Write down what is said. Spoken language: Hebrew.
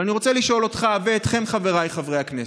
ואני רוצה לשאול אותך ואתכם, חבריי חברי הכנסת: